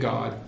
God